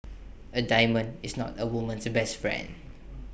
A diamond is not A woman's best friend